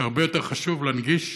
שהרבה יותר חשוב להנגיש